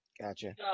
Gotcha